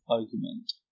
argument